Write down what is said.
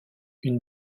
une